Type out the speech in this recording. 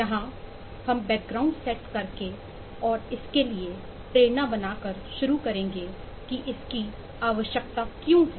यहाँ हम बैकग्राउंड को समझता है